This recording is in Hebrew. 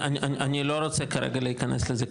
אני לא רוצה כרגע להיכנס לזה,